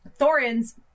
Thorin's